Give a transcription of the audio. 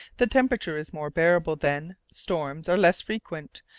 the temperature is more bearable then, storms are less frequent,